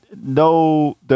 no